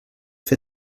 fer